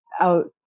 out